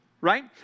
right